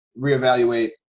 reevaluate